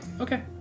Okay